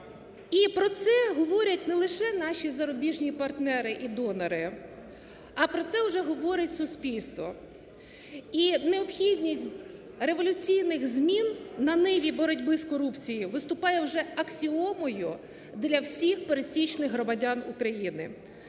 І про це говорять не лише наші зарубіжні партнери, і донори, а про це вже говорить суспільство. І необхідність революційних змін на ниві боротьби з корупцією виступає вже аксіомою для всіх пересічних громадян України.